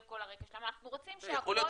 אנחנו רוצים שהכול יבוא --- יכול להיות